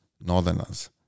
Northerners